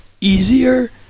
easier